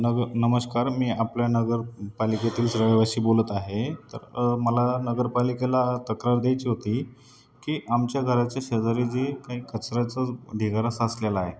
नग नमश्कार मी आपल्या नगरपालिके तील रहिवासी बोलत आहे तर मला नगरपालिकेला तक्रार द्यायची होती की आमच्या घराच्या शेजारी जी काही कचऱ्याचं ढिगारा साचलेला आहे